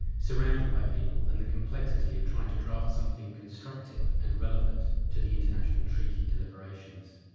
surrounded by people and the complexity of trying to draft something constructive and relevant to the international treaty deliberations.